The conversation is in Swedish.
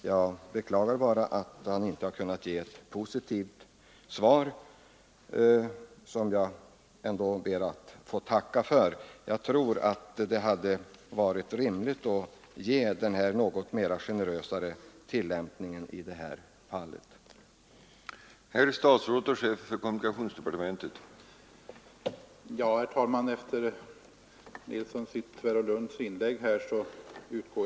Jag beklagar bara att inte statsrådet har kunnat ge ett positivt svar. Jag ber ändå att få tacka för svaret på min fråga. Jag tror att det hade varit rimligt att medge den något mer generösa tillämpning av lagen om överlastavgift som jag skisserat.